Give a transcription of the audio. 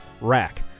Rack